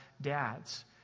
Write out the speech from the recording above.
dads